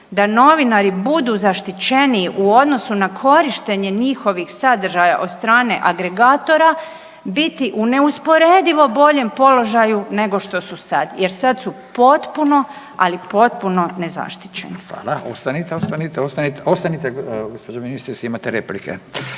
da novinari budu zaštićeniji u odnosu na korištenje njihovih sadržaja od strane agregatora biti u neusporedivo boljem položaju nego što su sada, jer sada su potpuno, ali potpuno nezaštićeni. Hvala. **Radin, Furio (Nezavisni)** Hvala. Ostanite, ostanite, ostanite gospođo ministrice imate replike.